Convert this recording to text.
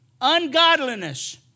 Ungodliness